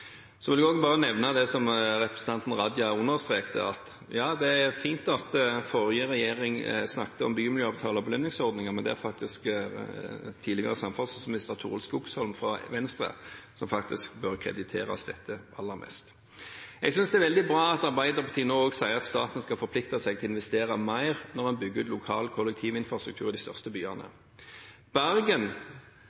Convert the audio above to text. vil også bare nevne det som representanten Raja understreket. Det er fint at forrige regjering snakket om bymiljøavtaler og belønningsordninger, men det er faktisk tidligere samferdselsminister Torild Skogsholm fra Venstre som bør krediteres mest for dette. Jeg synes det er veldig bra at Arbeiderpartiet nå også sier at staten skal forplikte seg til å investere mer når en bygger ut lokal kollektivinfrastruktur i de største byene.